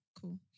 Cool